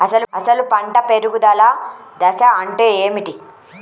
అసలు పంట పెరుగుదల దశ అంటే ఏమిటి?